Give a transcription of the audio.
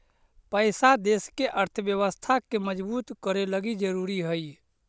पैसा देश के अर्थव्यवस्था के मजबूत करे लगी ज़रूरी हई